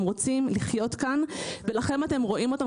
הם רוצים לחיות כאן ולכן אתם רואים אותם